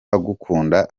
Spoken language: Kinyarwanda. agukunda